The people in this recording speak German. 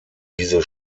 diese